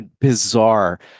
bizarre